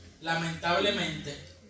lamentablemente